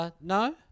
No